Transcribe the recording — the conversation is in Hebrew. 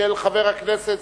של חבר הכנסת,